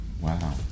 wow